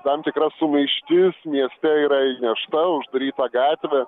tam tikra sumaištis mieste yra įnešta uždaryta gatvė